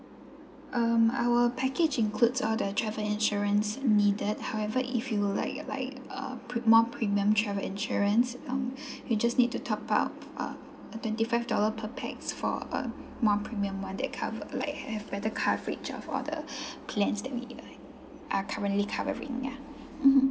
um our package includes all the travel insurance needed however if you like like uh put more premium travel insurance um you just need to top up uh twenty five dollar per pax for uh more premium one that cover like have better coverage of all the plans that we are currently covering ya mmhmm